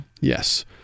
Yes